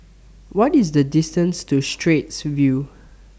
What IS The distance to Straits View